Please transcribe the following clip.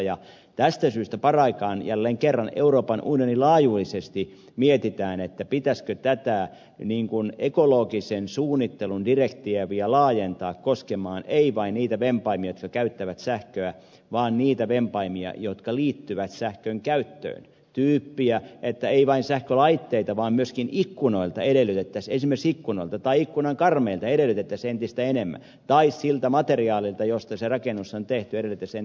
ja tästä syystä paraikaa jälleen kerran euroopan unionin laajuisesti mietitään pitäisikö tätä ekologisen suunnittelun direktiiviä laajentaa koskemaan ei vain niitä vempaimia jotka käyttävät sähköä vaan myös niitä vempaimia jotka liittyvät sähkön käyttöön niin että ei vain sähkölaitteilta vaan myöskin esimerkiksi ikkunoilta tai ikkunan karmeilta edellytettäisiin entistä enemmän tai siltä materiaalilta josta se rakennus on tehty edellytettäisiin entistä enemmän